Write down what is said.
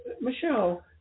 Michelle